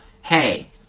hey